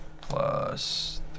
plus